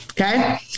Okay